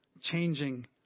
changing